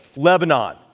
lebanon,